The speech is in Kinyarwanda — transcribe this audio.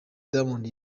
diamond